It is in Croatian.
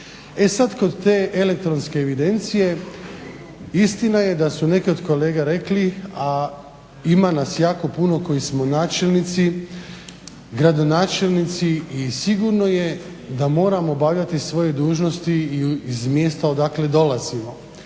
E sad kod te elektronske evidencije istina je da su neki od kolega rekli, a ima nas jako puno koji smo načelnici, gradonačelnici i sigurno je da moramo obavljati svoje dužnosti i iz mjesta odakle dolazimo.